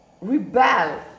rebel